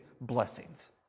blessings